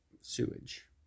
sewage